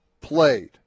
played